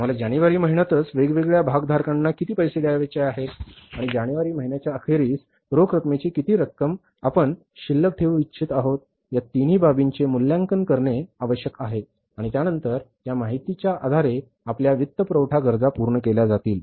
आम्हाला जानेवारी महिन्यातच वेगवेगळ्या भागधारकांना किती पैसे द्यायचे आहेत आणि जानेवारी महिन्याच्या अखेरीस रोख रकमेची किती रक्कम आपण शिल्लक ठेऊ इच्छित आहोत या तिन्ही बाबींचे मूल्यांकन करणे आवश्यक आहे आणि त्यानंतर या माहितीच्या आधारे आपल्या वित्तपुरवठा गरजा पूर्ण केल्या जातील